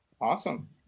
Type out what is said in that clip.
Awesome